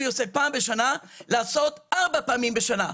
עושה פעם בשנה לעשות ארבע פעמים בשנה.